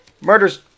murder's